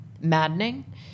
maddening